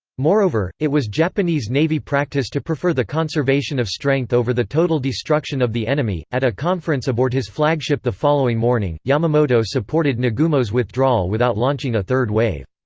moreover, it was japanese navy practice to prefer the conservation of strength over the total destruction of the enemy at a conference aboard his flagship the following morning, yamamoto supported nagumo's withdrawal without launching a third wave.